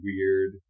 weird